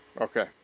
okay